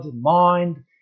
mind